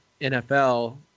NFL